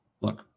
look